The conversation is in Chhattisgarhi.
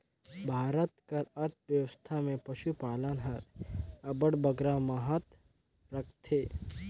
भारत कर अर्थबेवस्था में पसुपालन हर अब्बड़ बगरा महत रखथे